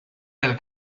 del